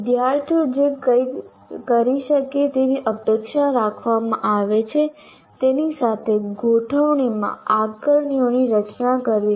વિદ્યાર્થીઓ જે કરી શકે તેવી અપેક્ષા રાખવામાં આવે છે તેની સાથે ગોઠવણીમાં આકારણીઓની રચના કરવી